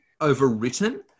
overwritten